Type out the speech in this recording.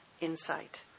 Insight